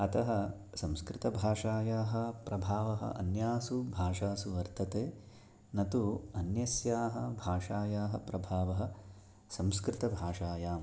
अतः संस्कृतभाषायाः प्रभावः अन्यासु भाषासु वर्तते न तु अन्यस्याः भाषायाः प्रभावः संस्कृतभाषायाम्